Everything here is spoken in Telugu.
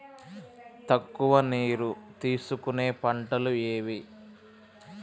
తక్కువ నీరు తీసుకునే పంటలు ఏవి?